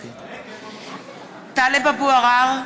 (קוראת בשמות חברי הכנסת) טלב אבו עראר,